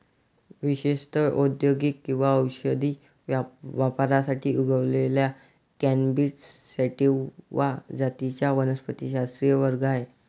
विशेषत औद्योगिक किंवा औषधी वापरासाठी उगवलेल्या कॅनॅबिस सॅटिवा जातींचा वनस्पतिशास्त्रीय वर्ग आहे